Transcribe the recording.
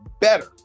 better